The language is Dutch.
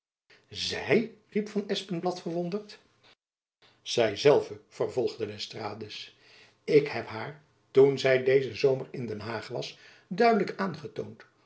zy riep van espenblad verwonderd zy zelve vervolgde d'estrades ik heb haar toen zy dezen zomer in den haag was duidelijk aangetoond